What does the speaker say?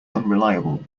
unreliable